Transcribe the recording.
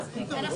אנחנו